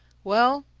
well,